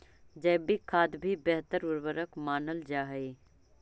जैविक खाद भी बेहतर उर्वरक मानल जा हई